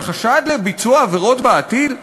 אבל חשד לביצוע עבירות בעתיד?